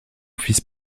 fils